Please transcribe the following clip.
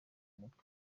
mugwi